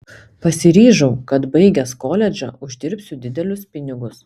pasiryžau kad baigęs koledžą uždirbsiu didelius pinigus